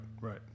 right